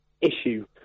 issue